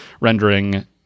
rendering